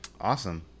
Awesome